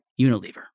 Unilever